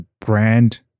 brand